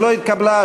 לא התקבלה,